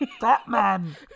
Batman